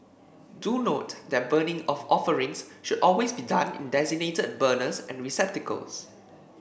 do note that burning of offerings should always be done in designated burners and receptacles